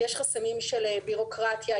יש חסמים של ביורוקרטיה.